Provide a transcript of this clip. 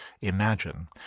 imagine